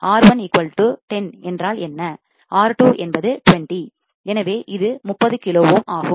R1 10 என்றால் என்ன R2 என்பது 20 எனவே இது 30 கிலோ ஓம் ஆகும்